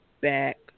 back